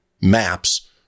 maps